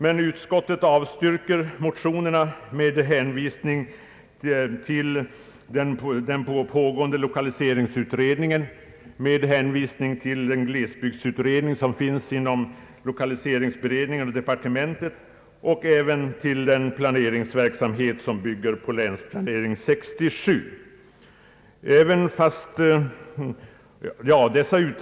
Men utskottet avstyrker motionerna med hänvisning till den pågående lokaliseringsutredningen, med hänvisning till den glesbygdsutredning som är tillsatt inom lokaliseringsberedningen och även med hänvisning till den planeringsverksamhet som bygger på länsplanering 1967.